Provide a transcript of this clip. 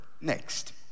next